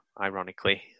ironically